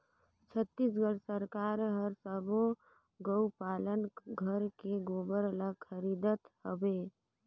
छत्तीसगढ़ सरकार हर सबो गउ पालन घर के गोबर ल खरीदत हवे